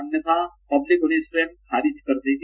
अन्यथा पब्लिक उन्हें स्वयं खारिज कर देगी